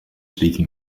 speaking